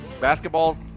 Basketball